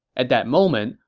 at that moment,